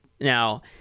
Now